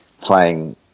playing